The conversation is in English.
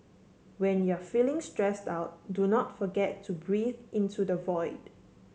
when you are feeling stressed out do not forget to breathe into the void